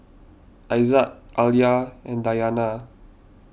Aizat Alya and Dayana